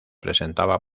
presentaba